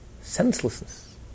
Senselessness